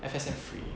F_S_N free